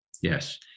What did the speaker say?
Yes